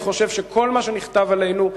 אני חושב שכל מה שנכתב עלינו,